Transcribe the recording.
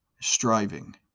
striving